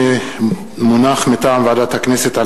מטעם ועדת הכנסת,